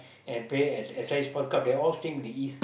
and play as S I sports cup they all stay in the East